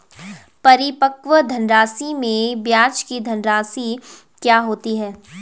परिपक्व धनराशि में ब्याज की धनराशि क्या होती है?